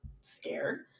scared